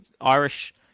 Irish